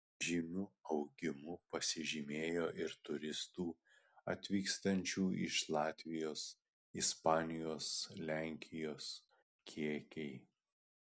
žymiu augimu pasižymėjo ir turistų atvykstančių iš latvijos ispanijos lenkijos kiekiai